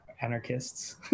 anarchists